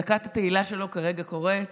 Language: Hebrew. דקת התהילה שלו כרגע קורית.